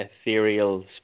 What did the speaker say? ethereal